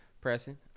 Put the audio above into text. Pressing